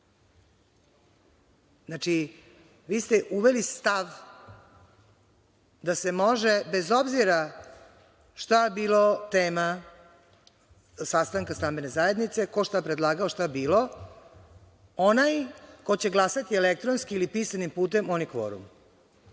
tu? Znači, vi ste uveli stav da se može bez obzira šta je tema sastanka stambene zajednice, ko šta predlaže, šta bilo, onaj ko će glasati elektronskim ili pisanim putem on je kvorum. Ne